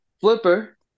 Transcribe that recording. Flipper